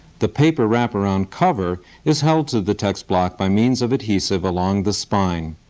the paper wraparound cover is held to the text block by means of adhesive along the spine.